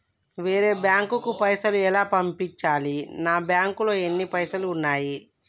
వేరే బ్యాంకుకు పైసలు ఎలా పంపించాలి? నా బ్యాంకులో ఎన్ని పైసలు ఉన్నాయి?